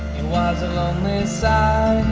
and was a lonely sigh